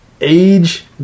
Age